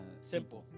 Simple